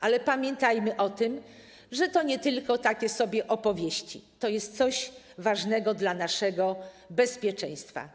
Ale pamiętajmy o tym, że to nie są tylko takie sobie opowieści, to jest coś ważnego dla naszego bezpieczeństwa.